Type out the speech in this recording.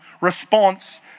response